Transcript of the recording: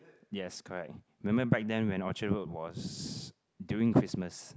yes correct remember back then when Orchard-Road was during Christmas